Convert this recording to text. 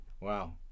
wow